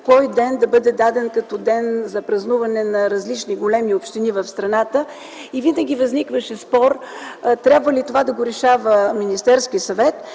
кой ден да бъде даден като ден за празнуване на различни големи общини в страната. Винаги възникваше спор трябва ли това да го решава Министерският съвет